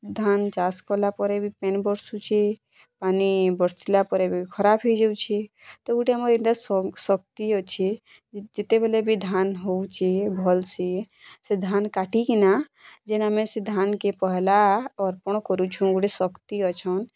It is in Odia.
ଧାନ୍ ଚାଷ୍ କଲା ପରେ ବି ପେନ୍ ବର୍ଷୁଛି ପାନି ବର୍ଷିଲା ପରେ ବି ଖରାପ୍ ହେଇଯାଉଛି ତ ଏଇଟା ଆମର୍ ଶକ୍ତି ଅଛି ଯେତେବେଲେ ବି ଧାନ୍ ହେଉଛି ଭଲ୍ସେ ଧାନ୍ କଟିକିନା ଯେନ୍ ଆମେ ସେ ଧାନ୍କେ ପହେଲା ଅର୍ପଣ କରୁଛୁଁ ଗୋଟେ ଶକ୍ତି ଅଛନ୍